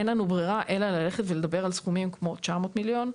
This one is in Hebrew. אין לנו ברירה אלא ללכת ולדבר על סכומים כמו 900 מיליון שקלים,